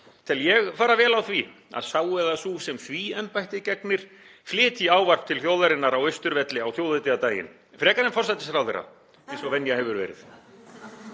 tel ég fara vel á því að sá eða sú sem því embætti gegnir flytji ávarp til þjóðarinnar á Austurvelli á þjóðhátíðardaginn frekar en forsætisráðherra eins og venja hefur verið.